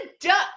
duck